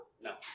No